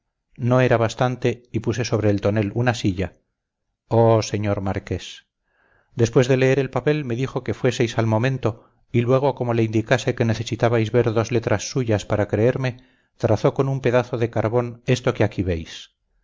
no era bastante y puse sobre el tonel una silla oh señor marqués después de leer el papel me dijo que fueseis al momento y luego como le indicase que necesitabais ver dos letras suyas para creerme trazó con un pedazo de carbón esto que aquí veis